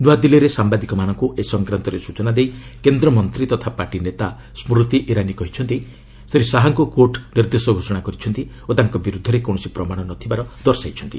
ନ୍ତଆଦିଲ୍ଲୀରେ ସାମ୍ବାଦିକମାନଙ୍କୁ ଏ ସଂକ୍ରାନ୍ତରେ ସ୍କଚନା ଦେଇ କେନ୍ଦ୍ରମନ୍ତ୍ରୀ ତଥା ପାର୍ଟି ନେତା ସ୍କୁତି ଇରାନୀ କହିଛନ୍ତି ଶ୍ରୀ ଶାହାଙ୍କ କୋର୍ଟ ନିର୍ଦ୍ଦୋଷ ଘୋଷଣା କରିଛନ୍ତି ଓ ତାଙ୍କ ବିରୁଦ୍ଧରେ କୌଣସି ପ୍ରମାଣ ନ ଥିବାର ଦର୍ଶାଇଛନ୍ତି